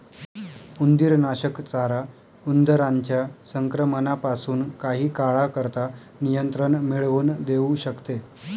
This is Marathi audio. उंदीरनाशक चारा उंदरांच्या संक्रमणापासून काही काळाकरता नियंत्रण मिळवून देऊ शकते